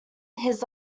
his